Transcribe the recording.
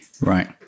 Right